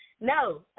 No